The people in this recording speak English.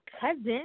cousin